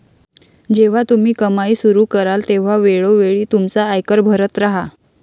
जेव्हा तुम्ही कमाई सुरू कराल तेव्हा वेळोवेळी तुमचा आयकर भरत राहा